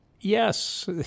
yes